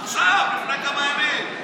עכשיו, לפני כמה ימים.